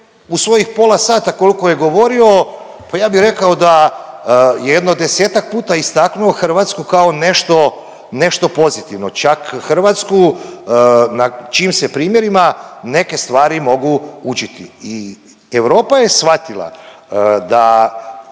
u svojih pola sata koliko je govorio, pa ja bi rekao da je jedno desetak puta istaknuo Hrvatsku kao nešto pozitivno, čak Hrvatsku na čijim se primjerima neke stvari mogu učiti. I Europa je svatila da